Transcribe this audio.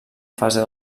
fase